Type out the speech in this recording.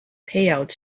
payout